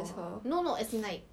ya